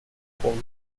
liberal